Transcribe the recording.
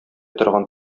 торган